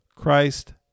Christ